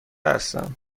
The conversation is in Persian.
هستم